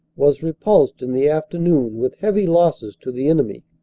was repulsed in the afternoon with heavy losses to the enemy.